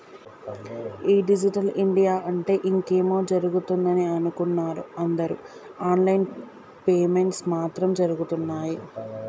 ఈ digital India అంటే ఇంకేమో జరుగుతదని అనుకున్నరు అందరు ఆన్ లైన్ పేమెంట్స్ మాత్రం జరగుతున్నయ్యి